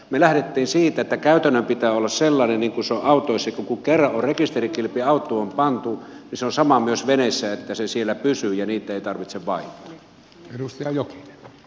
me lähdimme siitä että käytännön pitää olla sellainen kuin se on autoissakin että kun kerran on rekisterikilpi autoon pantu niin se on sama myös veneessä että se siellä pysyy ja niitä ei tarvitse vaihtaa